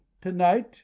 To-night